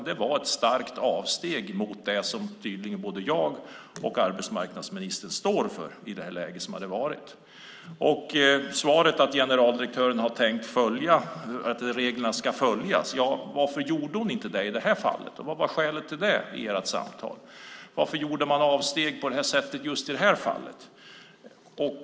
Det var ett starkt avsteg från det som tydligen både jag och arbetsmarknadsministern står för. Generaldirektören svarade att hon tänkte följa regelverket. Varför gjorde hon inte det i det här fallet? Vad var skälet till det? Varför gjorde man avsteg i det här fallet?